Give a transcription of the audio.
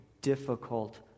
Difficult